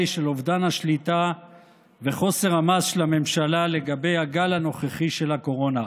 של אובדן השליטה וחוסר המעש בממשלה לגבי הגל הנוכחי של הקורונה.